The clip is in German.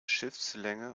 schiffslänge